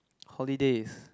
holidays